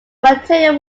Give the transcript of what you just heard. material